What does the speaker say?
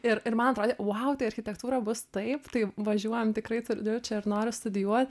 ir ir man atrodė vau tai architektūra bus taip tai važiuojam tikrai toliau čia ir noriu studijuot